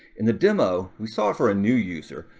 in the demo, we saw for a new user.